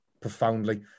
profoundly